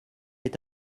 est